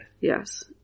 Yes